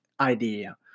idea